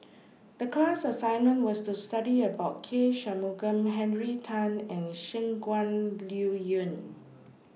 The class assignment was to study about K Shanmugam Henry Tan and Shangguan Liuyun